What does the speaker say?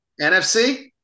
NFC